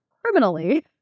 criminally